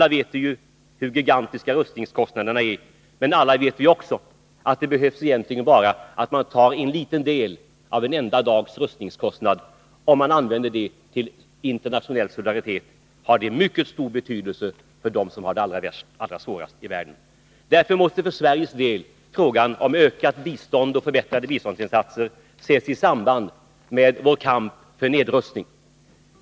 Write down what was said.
Vi vet alla hur gigantiska rustningskostnaderna är, men vi vet också att det bara behövs att man tar en liten del av en enda dags rustningskostnader och använder dem till internationell solidaritet för att det skall få en mycket stor betydelse för dem som har det allra svårast i världen. Därför måste frågan om ökat bistånd och förbättrade biståndsinsatser för Sveriges del ses i samband med vår kamp för nedrustning.